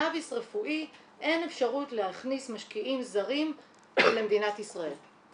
בקנאביס רפואי אין אפשרות להכניס משקיעים זרים למדינת ישראל.